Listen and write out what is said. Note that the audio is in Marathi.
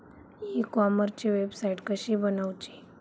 ई कॉमर्सची वेबसाईट कशी बनवची?